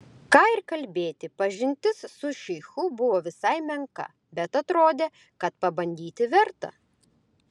ką ir kalbėti pažintis su šeichu buvo visai menka bet atrodė kad pabandyti verta